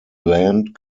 land